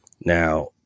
Now